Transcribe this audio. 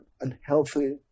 unhealthy